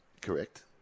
Correct